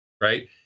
right